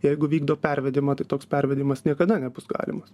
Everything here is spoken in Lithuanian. jeigu vykdo pervedimą tai toks pervedimas niekada nebus galimas